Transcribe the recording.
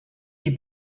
die